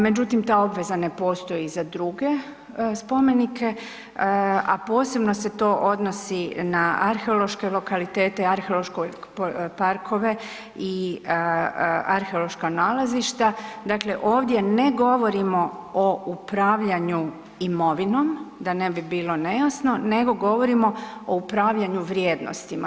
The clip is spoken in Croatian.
Međutim, ta obveza ne postoji za druge spomenike, a posebno se to odnosi na arheološke lokaliteta, arheološke parkove i arheološka nalazišta, dakle ovdje ne govorimo o upravljanju imovinom, da ne bi bilo nejasno, nego govorimo o upravljanju vrijednostima.